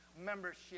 membership